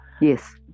Yes